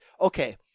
okay